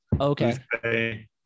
okay